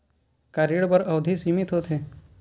का ऋण बर अवधि सीमित होथे?